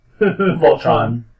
Voltron